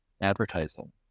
advertising